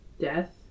death